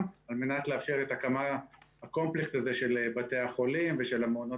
על מנת לאפשר את הקמת הקומפלקס של בתי החולים ושל מעונות